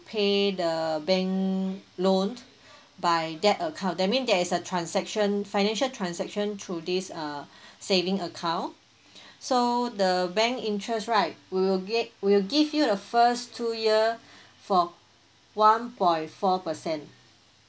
pay the bank loan by that account that means there is a transaction financial transaction through this uh saving account so the bank interest right we will get we'll give you the first two year for one point four percent